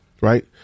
right